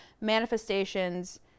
manifestations